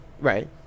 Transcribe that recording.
Right